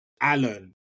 Allen